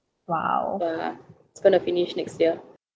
ah it's gonna finish next year